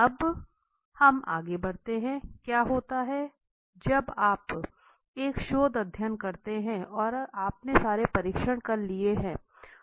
अब हम आगे बढ़ते हैं क्या होता है जब आप एक शोध अध्ययन करते हैं और आपने सारे परीक्षण कर लिए हैं